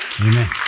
Amen